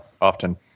Often